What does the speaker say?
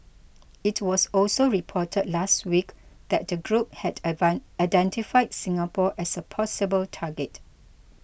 it was also reported last week that the group had identified Singapore as a possible target